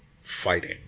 fighting